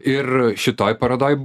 ir šitoj parodoj